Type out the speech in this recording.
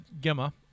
Gemma